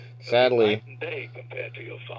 sadly